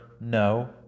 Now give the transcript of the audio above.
No